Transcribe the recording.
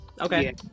Okay